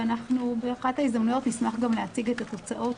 ובאחת ההזדמנויות נשמח גם להציג את התוצאות.